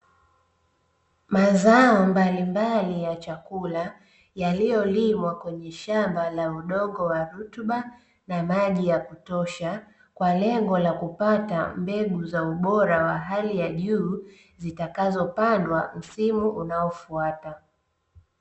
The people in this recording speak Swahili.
Mazao mbalimbali ya chakula yaliyolimwa kwenye shamba la udongo wa rutuba na maji ya kutosha, kwa lengo la kupata mbegu za ubora wa hali ya juu zitakazopandwa msimu unaofuata.